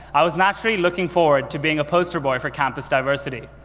i was naturally looking forward to being a poster boy for campus diversity.